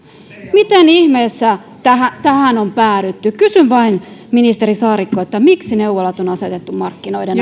miten ihmeessä tähän on päädytty kysyn vain ministeri saarikko miksi neuvolat on asetettu markkinoiden